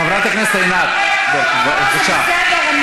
חברת הכנסת ענת, בבקשה, זה בסדר.